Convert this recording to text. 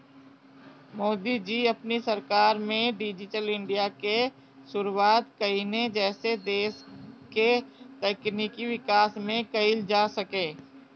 मोदी जी अपनी सरकार में डिजिटल इंडिया के शुरुआत कईने जेसे देस के तकनीकी विकास कईल जा सके